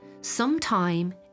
sometime